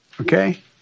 okay